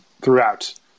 throughout